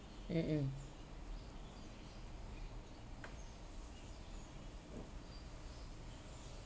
mm mm